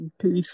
Peace